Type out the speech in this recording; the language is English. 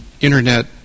internet